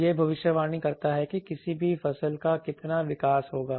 यह भविष्यवाणी करता है कि किसी भी फसल का कितना विकास होगा